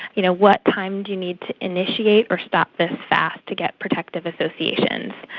you know, what time do you need to initiate or stop this fast to get protective associations?